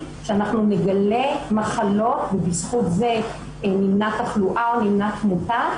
שאנחנו נגלה מחלות ובזכות זה נמנע תחלואה ונמנע תמותה,